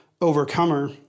overcomer